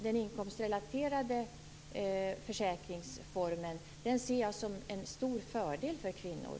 Den inkomstrelaterade försäkringsformen ser jag som en stor fördel för kvinnor.